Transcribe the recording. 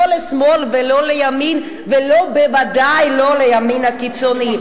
לא לשמאל ולא לימין ובוודאי לא לימין הקיצוני.